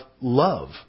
love